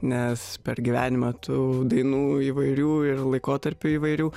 nes per gyvenimą tu dainų įvairių ir laikotarpių įvairių